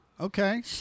Okay